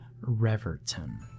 reverton